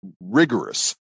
rigorous